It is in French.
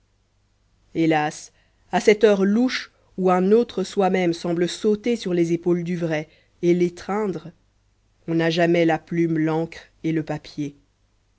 hélas à cette heure louche où un autre soi-même semble sauter sur les épaules du vrai et l'étreindre on n'a jamais la plume l'encre et le papier